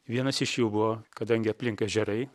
vienas iš jų buvo kadangi aplink ežerai